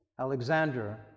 Alexander